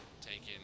Taken